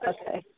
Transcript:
Okay